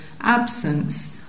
absence